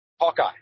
Hawkeye